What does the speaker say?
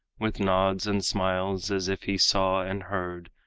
with nods and smiles, as if he saw and heard,